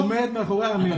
אני עומד מאחורי האמירה הזאת.